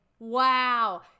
Wow